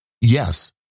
Yes